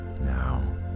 Now